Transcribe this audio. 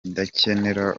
idakenera